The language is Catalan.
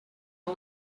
amb